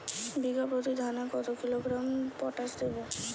বিঘাপ্রতি ধানে কত কিলোগ্রাম পটাশ দেবো?